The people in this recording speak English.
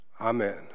amen